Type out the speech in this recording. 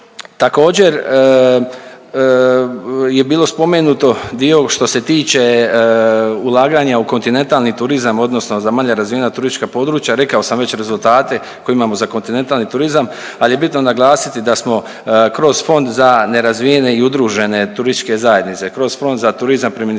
Također je bilo spomenuto dio što se tiče ulaganja u kontinentalni turizma, odnosno za manje razvijena turistička područja, rekao sam već rezultate koje imamo za kontinentalni turizam, ali je bitno naglasiti da smo kroz Fond za nerazvijene i udružene turističke zajednice, kroz Fond za turizam pri Ministarstvu